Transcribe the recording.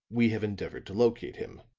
we have endeavored to locate him.